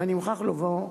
ואני מוכרח לומר,